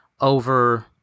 over